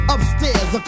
Upstairs